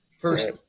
first